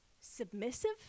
submissive